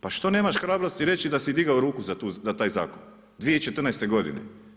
Pa što nemaš hrabrosti reći da si digao ruku za taj zakon 2014. godine?